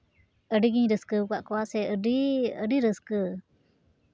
ᱟᱹᱰᱤᱜᱤᱧ ᱨᱟᱹᱥᱠᱟᱹᱣᱟᱠᱟᱫ ᱠᱚᱣᱟ ᱥᱮ ᱟᱹᱰᱤ ᱟᱹᱰᱤ ᱨᱟᱹᱥᱠᱟᱹ